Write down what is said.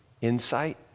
insight